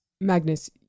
Magnus